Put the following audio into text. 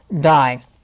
die